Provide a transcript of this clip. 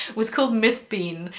was called miss bean.